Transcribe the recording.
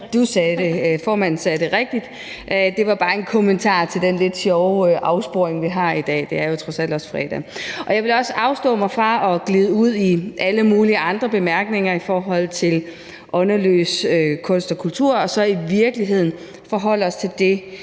af formanden. Formanden sagde det rigtigt. Det var bare en kommentar til den lidt sjove afsporing, vi har i dag. Det er jo trods alt også fredag. Jeg vil også afstå fra at glide ud i alle mulige andre bemærkninger i forhold til åndløs kunst og kultur og så i virkeligheden forholde mig til det,